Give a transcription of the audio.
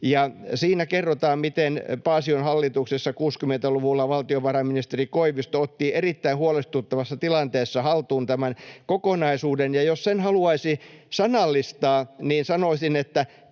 siinä kerrotaan, miten Paasion hallituksessa 60-luvulla valtiovarainministeri Koivisto otti erittäin huolestuttavassa tilanteessa haltuun tämän kokonaisuuden, ja jos sen haluaisi sanallistaa, niin sanoisin, että